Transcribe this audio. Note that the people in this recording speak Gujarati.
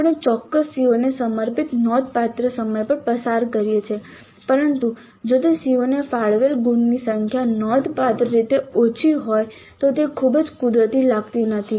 આપણે ચોક્કસ CO ને સમર્પિત નોંધપાત્ર સમય પસાર કરીએ છીએ પરંતુ જો તે CO ને ફાળવેલ ગુણની સંખ્યા નોંધપાત્ર રીતે ઓછી હોય તો તે ખૂબ જ કુદરતી લાગતી નથી